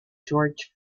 george